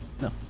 No